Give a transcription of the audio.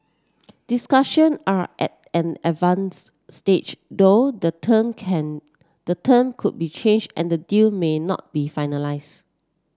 discussion are at an advance stage though the term can the term could be change and the deal may not be finalise